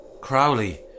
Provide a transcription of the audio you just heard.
Crowley